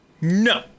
no